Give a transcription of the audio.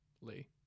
lee